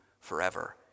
forever